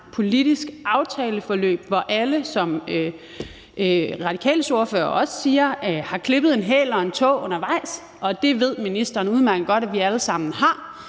politisk aftaleforløb, hvor alle, som Radikales ordfører også siger, har klippet en hæl og hugget en tå undervejs – og det ved ministeren udmærket godt at vi alle sammen har